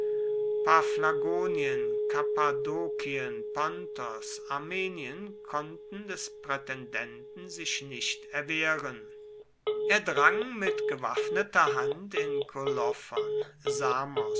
paphlagonien kappadokien pontos armenien konnten des prätendenten sich nicht erwehren er drang mit gewaffneter hand in kolophon samos